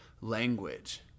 language